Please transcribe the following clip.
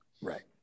right